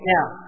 Now